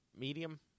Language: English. medium